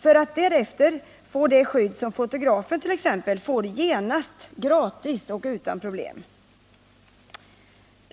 för att därefter få det skydd som t.ex. fotografen får genast, gratis och utan problem.